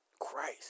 Christ